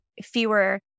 fewer